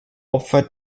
opfer